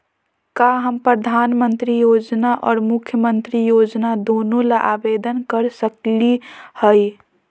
का हम प्रधानमंत्री योजना और मुख्यमंत्री योजना दोनों ला आवेदन कर सकली हई?